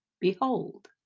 behold